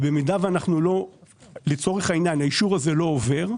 במידה והאישור הזה לא עובר,